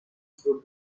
throw